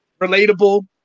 relatable